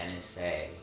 NSA